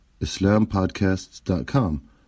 islampodcasts.com